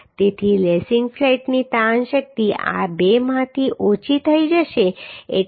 તેથી લેસિંગ ફ્લેટની તાણ શક્તિ આ બેમાંથી ઓછી થઈ જશે એટલે કે 67